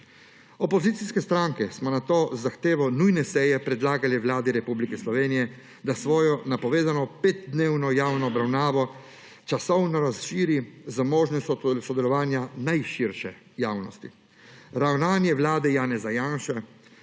Opozicijske stranke smo nato z zahtevo nujne seje predlagali Vladi Republike Slovenije, da svojo napovedano 5-dnevno javno obravnavo časovno razširi z možnostjo sodelovanja najširše javnosti.